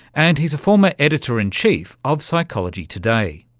and he's a former editor in chief of psychology today.